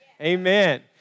Amen